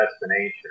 destination